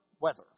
weather